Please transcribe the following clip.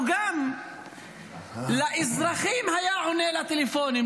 הוא היה גם עונה לאזרחים לטלפונים,